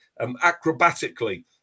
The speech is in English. acrobatically